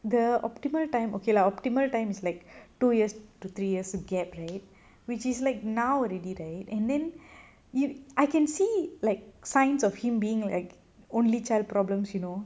the optimal time okay lah optimal time is like two years to three years gap right which is like now already right and then I can see like signs of him being only child problems you know